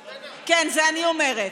כן, זה אני אומרת.